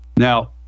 Now